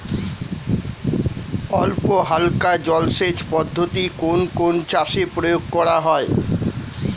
অল্পহালকা জলসেচ পদ্ধতি কোন কোন চাষে প্রয়োগ করা হয়?